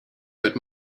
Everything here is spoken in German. hört